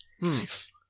Nice